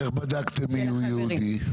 איך בדקתם מיהו יהודי?